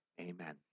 Amen